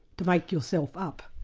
to make yourself up.